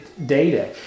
Data